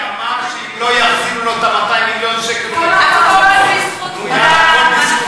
הכול בזכות בנט,